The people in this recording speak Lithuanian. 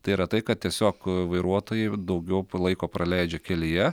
tai yra tai kad tiesiog vairuotojai daugiau laiko praleidžia kelyje